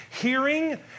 hearing